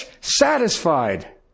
satisfied